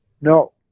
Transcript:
No